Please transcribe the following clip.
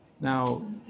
Now